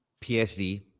psv